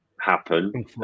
happen